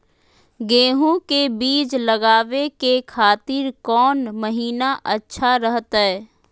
गेहूं के बीज लगावे के खातिर कौन महीना अच्छा रहतय?